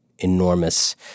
enormous